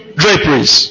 draperies